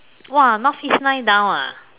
!wah! North east line down ah